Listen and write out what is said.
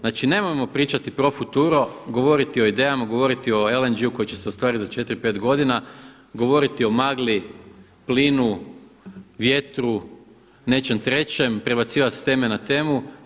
Znači nemojmo pričati pro futuro, govoriti o idejama, govoriti o LNG-u koji će se ostvariti za 4, 5 godina, govoriti o magli, plinu, vjetru, nečem trećem, prebacivati s teme na temu.